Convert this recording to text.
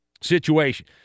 situation